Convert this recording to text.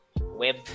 web